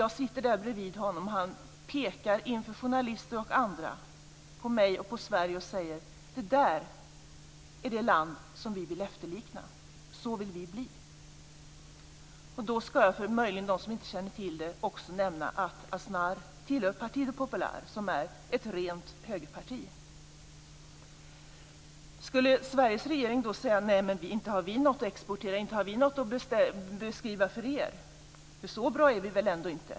Jag sitter där bredvid honom, och han pekar inför journalister och andra på mig och säger att Sverige är det land som Spanien vill efterlikna. Så vill man bli. För dem som möjligen inte känner till det ska jag också nämna att Aznar tillhör Partido Popular, som är ett rent högerparti. Skulle Sveriges regering då säga så här: Inte har vi något att exportera eller beskriva för er, för så bra är vi väl ändå inte?